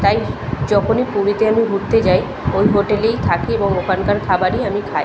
তাই যখনই পুরীতে আমি ঘুরতে যাই ওই হোটেলেই থাকি এবং ওখানকার খাবারই আমি খাই